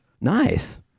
Nice